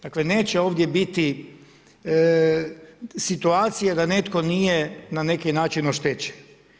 Dakle neće ovdje biti situacije da netko nije na neki način oštećen.